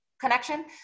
connection